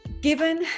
Given